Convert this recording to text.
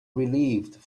relieved